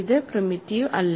ഇത് പ്രിമിറ്റീവ് അല്ല